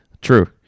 True